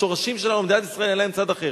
לשורשים שלנו במדינת ישראל אין צד אחר.